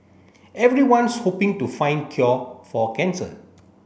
everyone's hoping to find cure for cancer